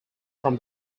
from